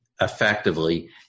effectively